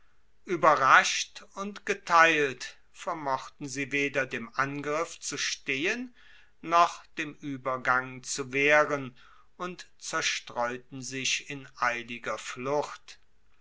ueberrascht und geteilt vermochten sie weder dem angriff zu stehen noch dem uebergang zu wehren und zerstreuten sich in eiliger flucht